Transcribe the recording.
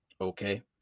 Okay